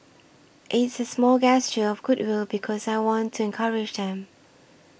it's a small gesture of goodwill because I want to encourage them